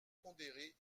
pondéré